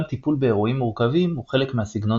גם טיפול באירועים מורכבים הוא חלק מהסגנון